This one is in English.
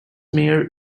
meyer